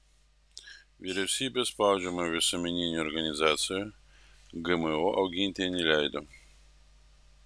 vyriausybė spaudžiama visuomeninių organizacijų gmo auginti neleido